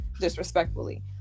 disrespectfully